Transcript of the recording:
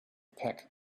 pack